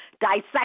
dissect